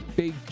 big